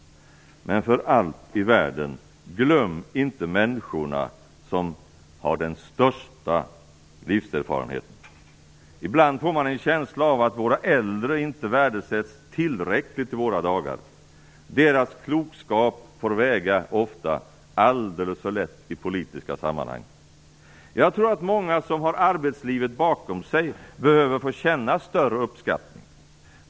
Men för allt i världen - glöm inte människorna som har den största livserfarenheten! Ibland får man en känsla av att våra äldre inte värdesätts tillräckligt i våra dagar. Deras klokskap får ofta väga alldeles för lätt i politiska sammanhang. Jag tror att många som har arbetslivet bakom sig behöver få känna större uppskattning.